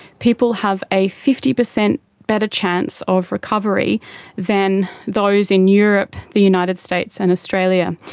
people have a fifty percent better chance of recovery than those in europe, the united states and australia.